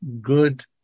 good